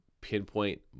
pinpoint